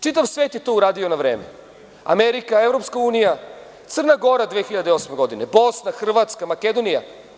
Čitavsvet je to uradio na vreme, Amerika, EU, Crna Gora 2008. godine, Bosna, Hrvatska, Makedonija.